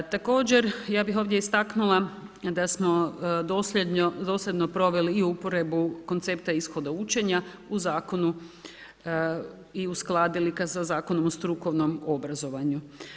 Također ja bi ovdje istaknula da smo dosljedno proveli i uporabu koncepta ishoda učenja u zakonu i uskladili sa Zakonom o strukovnom obrazovanju.